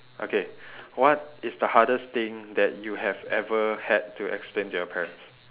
okay what is the hardest thing that you have ever had to explain to your parents